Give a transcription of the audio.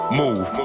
move